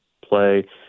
play